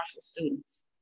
students